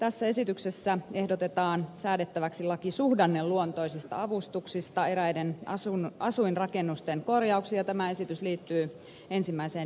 tässä esityksessä ehdotetaan säädettäväksi laki suhdanneluontoisista avustuksista eräiden asuinrakennusten korjauksiin ja tämä esitys liittyy ensimmäiseen lisätalousarvioon